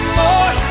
more